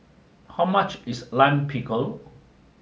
how much is Lime Pickle